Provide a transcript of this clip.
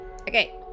Okay